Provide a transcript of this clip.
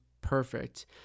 perfect